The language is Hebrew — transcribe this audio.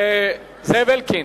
זאב אלקין,